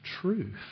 truth